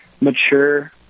mature